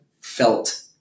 felt